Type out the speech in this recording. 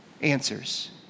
answers